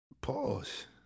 Pause